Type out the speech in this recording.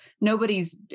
Nobody's